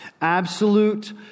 Absolute